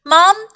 Mom